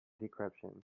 decryption